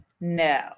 No